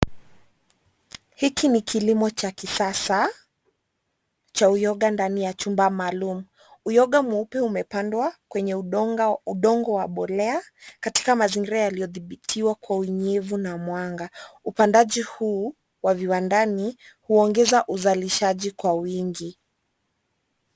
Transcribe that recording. Hiki ni kilimo cha kisasa cha uyoga ndani ya chumba maalum. Uyoga mweupe umepandwa kwenye udongo wa mbolea katika mazingira yaliyodhibitiwa kwa unyevu na mwanga. Upandaji huu wa viwandani huongeza uzalishaji kwa wingi.